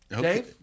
Dave